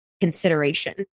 consideration